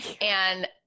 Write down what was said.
And-